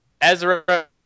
Ezra